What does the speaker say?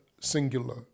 singular